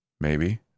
Maybe